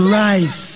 rise